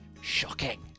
Shocking